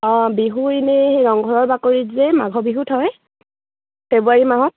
অঁ বিহু এনেই ৰংঘৰৰ বাকৰিত যে মাঘৰ বিহুত হয় ফেব্ৰুৱাৰী মাহত